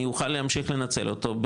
אני אוכל להמשיך לנצל אותו,